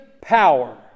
power